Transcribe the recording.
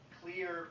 clear